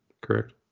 correct